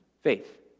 Faith